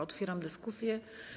Otwieram dyskusję.